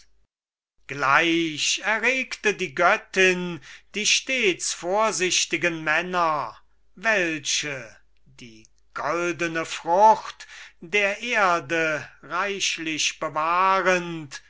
gleich erregte die göttin die stets vorsichtigen männer welche die goldene frucht der erde reichlich bewahrend